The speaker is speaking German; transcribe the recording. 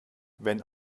wenn